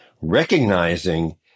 recognizing